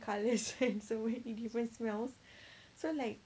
colours and so many different smells so like